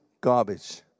garbage